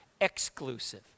exclusive